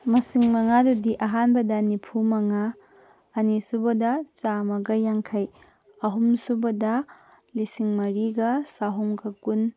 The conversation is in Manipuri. ꯃꯁꯤꯡ ꯃꯉꯥꯗꯨꯗꯤ ꯑꯍꯥꯟꯕꯗ ꯅꯤꯐꯨꯃꯉꯥ ꯑꯅꯤꯁꯨꯕꯗ ꯆꯥꯝꯃꯒ ꯌꯥꯡꯈꯩ ꯑꯍꯨꯝꯁꯨꯕꯗ ꯂꯤꯁꯤꯡ ꯃꯔꯤꯒ ꯆꯥꯍꯨꯝꯒ ꯀꯨꯟ